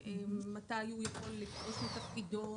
מתי הוא יכול לפרוש מתפקידו,